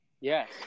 yes